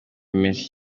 menshi